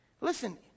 listen